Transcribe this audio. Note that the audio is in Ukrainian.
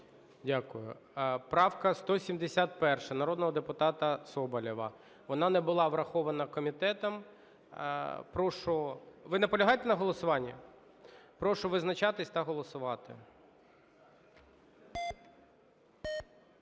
Дякую. Правка 171 народного депутата Соболєва, вона не була врахована комітетом. Прошу... Ви наполягаєте на голосуванні? Прошу визначатися та голосувати.